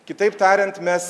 kitaip tariant mes